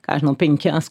ką žinau penkias